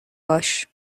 باش